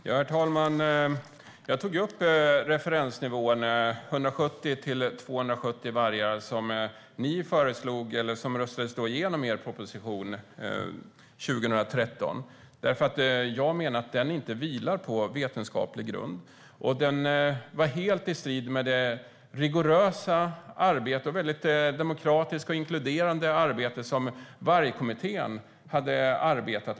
Herr talman! Jag tog upp referensnivån 170-270 vargar som ni föreslog i er proposition från 2013 och som röstades igenom i riksdagen. Jag menar att den nivån inte vilar på vetenskaplig grund. Den var helt i strid med det rigorösa, demokratiska och inkluderande arbete som Vargkommittén bedrev.